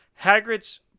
Hagrid's